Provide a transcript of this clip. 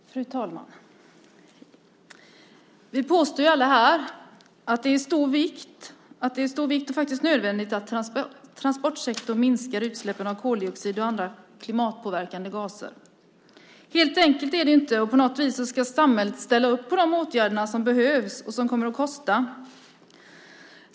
Fru talman! Vi påstår alla här att det är viktigt och nödvändigt att transportsektorn minskar utsläppen av koldioxid och andra klimatpåverkande gaser. Helt enkelt är det inte. På något vis ska samhället ställa upp på de åtgärder som behövs och som kommer att kosta.